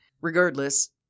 Regardless